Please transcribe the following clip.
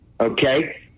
Okay